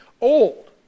old